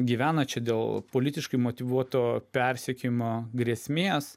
gyvena čia dėl politiškai motyvuoto persekiojimo grėsmės